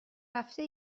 رفته